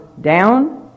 down